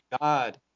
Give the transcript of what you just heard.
god